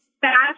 fast